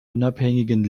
unabhängigen